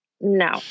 No